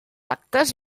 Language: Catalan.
actes